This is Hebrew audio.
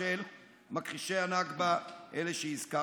ההלכה לעלות לארץ ישראל, להתיישב